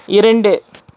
இரண்டு